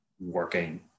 working